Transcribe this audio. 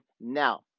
now